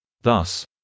Thus